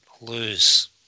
lose